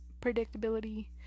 predictability